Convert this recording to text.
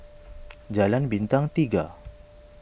Jalan Bintang Tiga